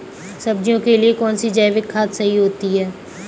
सब्जियों के लिए कौन सी जैविक खाद सही होती है?